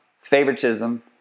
favoritism